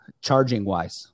charging-wise